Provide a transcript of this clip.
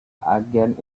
agen